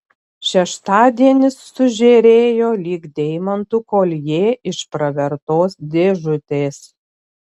šeštadienis sužėrėjo lyg deimantų koljė iš pravertos dėžutės